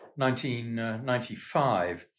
1995